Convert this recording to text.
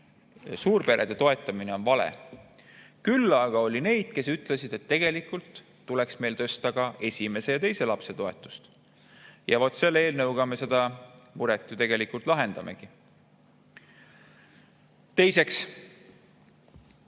suurperede toetamine on vale. Küll aga oli neid, kes ütlesid, et tegelikult tuleks meil tõsta ka esimese ja teise lapse toetust. Selle eelnõuga me seda muret ju lahendamegi. Teiseks,